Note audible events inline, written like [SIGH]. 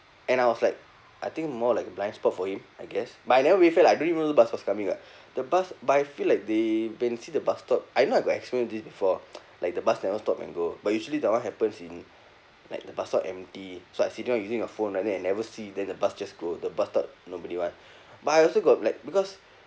and I was like I think more like blind spot for him I guess but I never wave yet lah I didn't even know the bus was coming what [BREATH] the bus but I feel like they when they see the bus stop I know I got experience this before [NOISE] like the bus never stop and go but usually that [one] happens in like the bus stop empty so I sitting down using the phone right then I never see then the bus just go the bus stop nobody [one] but I also got like because